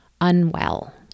unwell